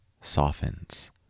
softens